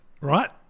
Right